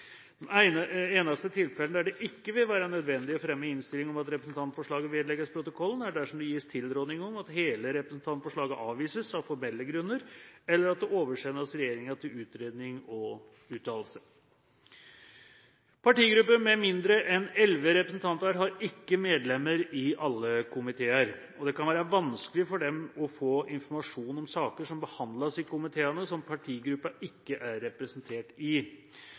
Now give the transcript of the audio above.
ikke vil være nødvendig å fremme innstilling om at representantforslaget vedlegges protokollen, er dersom det gis tilråding om at hele representantforslaget avvises av formelle grunner, eller at det oversendes regjeringen til utredning og uttalelse. Partigrupper med mindre enn elleve representanter har ikke medlemmer i alle komiteer. Det kan være vanskelig for dem å få informasjon om saker som behandles i komiteene som partigruppen ikke er representert i.